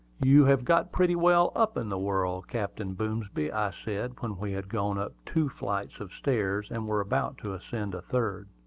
you have got pretty well up in the world, captain boomsby, i said when we had gone up two flights of stairs and were about to ascend a third.